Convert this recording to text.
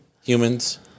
Humans